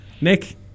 Nick